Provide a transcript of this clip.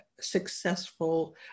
successful